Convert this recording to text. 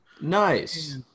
Nice